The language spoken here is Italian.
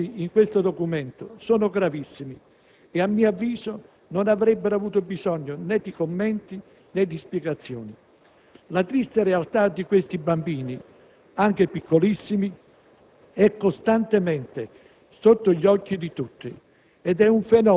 alla quale ho aggiunto anche la mia firma. I problemi esposti in questo documento sono gravissimi e, a mio avviso, non avrebbero avuto bisogno né di commenti né di spiegazioni. La triste realtà di questi bambini, anche piccolissimi,